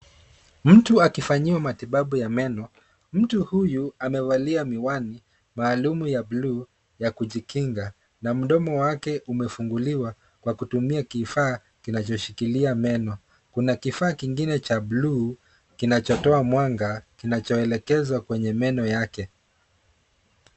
Mtu akifanyiwa matibabu ya meno. Mtu huyu amevalia miwani maalum ya bluu ya kujikinga na mdomo wake kufunguliwa kwa kutumia kifaa kinacho shikiliwa meno. Kuna kifaa kingine cha bluu kinacho toa mwanga kinachoelekezwa kwenye meno yake.